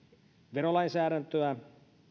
verolainsäädäntöämme